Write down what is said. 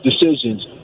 decisions